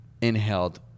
inhaled